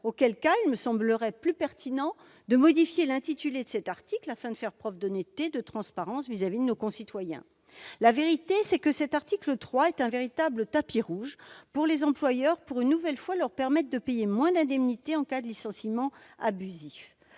auquel cas il me semblerait plus pertinent de modifier l'intitulé de cet article afin de faire preuve d'honnêteté et de transparence vis-à-vis de nos concitoyens. La vérité est que cet article 3 est un véritable tapis rouge pour les employeurs, afin, une nouvelle fois, de leur permettre de payer moins d'indemnités en cas de licenciement abusif.